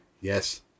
yes